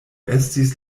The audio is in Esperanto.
estis